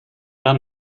oder